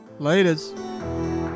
Laters